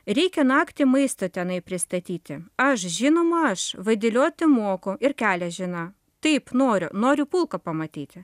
reikia naktį maistą tenai pristatyti aš žinoma aš vadelioti moko ir kelią žinau taip noriu noriu pulką pamatyti